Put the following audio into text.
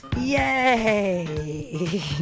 yay